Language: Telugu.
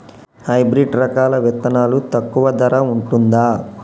హైబ్రిడ్ రకాల విత్తనాలు తక్కువ ధర ఉంటుందా?